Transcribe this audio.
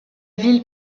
ville